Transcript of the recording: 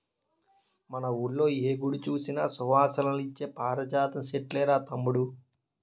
మన వూళ్ళో ఏ గుడి సూసినా సువాసనలిచ్చే పారిజాతం సెట్లేరా తమ్ముడూ